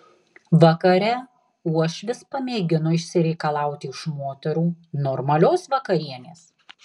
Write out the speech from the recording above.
vakare uošvis pamėgino išsireikalauti iš moterų normalios vakarienės